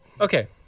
okay